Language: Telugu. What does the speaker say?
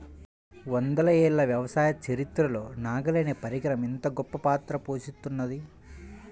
వందల ఏళ్ల వ్యవసాయ చరిత్రలో నాగలి అనే పరికరం ఎంతో గొప్పపాత్ర పోషిత్తున్నది